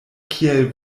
kiel